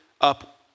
up